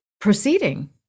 proceeding